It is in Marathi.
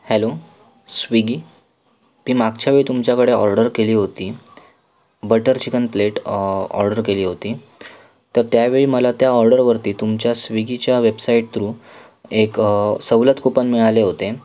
हॅलो स्वीगी मी मागच्या वेळी तुमच्याकडे ऑर्डर केली होती बटर चिकन प्लेट ऑर्डर केली होती तर त्यावेळी मला त्या ऑर्डरवरती तुमच्या स्वीगीच्या वेबसाईट थ्रू एक सवलत कुपन मिळाले होते